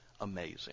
amazing